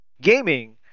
gaming